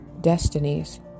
destinies